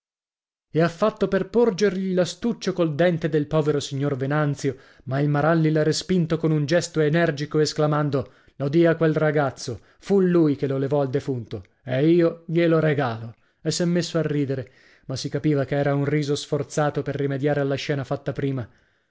e ha fatto per porgergli l'astuccio col dente del povero signor venanzio ma il maralli l'ha respinto con un gesto energico esclamando lo dia a quel ragazzo fu lui che lo levò al defunto e io glielo regalo e s'è messo a ridere ma si capiva che era un riso sforzato per rimediare alla scena fatta prima